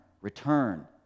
return